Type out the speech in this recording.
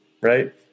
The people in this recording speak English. Right